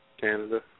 Canada